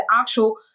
actual